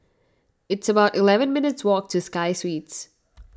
it's about eleven minutes' walk to Sky Suites